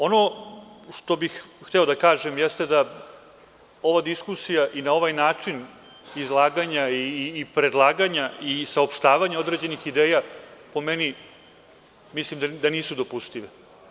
Ono što bih hteo da kažem jeste da ova diskusija na ovaj način izlaganja, predlaganja i saopštavanja određenih ideja po meni nije dopustiva.